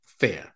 fair